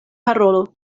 parolo